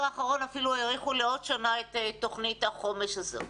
האחרון אפילו האריכו לעוד שנה את תוכנית החומש הזו.